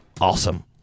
awesome